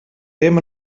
ddim